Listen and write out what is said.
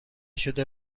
شده